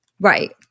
Right